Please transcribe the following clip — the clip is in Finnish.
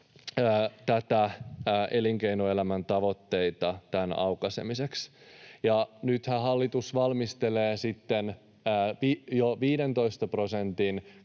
elinkeinoelämän tavoitteita tämän aukaisemiseksi. Nythän hallitus valmistelee sitten